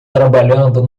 trabalhando